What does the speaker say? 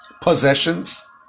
possessions